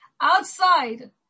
Outside